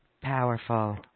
Powerful